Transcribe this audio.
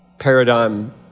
paradigm